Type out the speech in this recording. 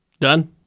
Done